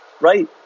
right